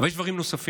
אבל יש דברים נוספים.